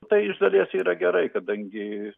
tai iš dalies yra gerai kadangi